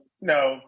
No